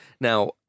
Now